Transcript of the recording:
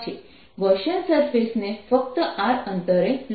Gaussian surface ને ફક્ત r અંતરે લો